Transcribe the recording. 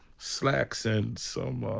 slacks, and some.